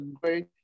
great